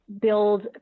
build